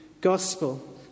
gospel